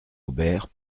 aubert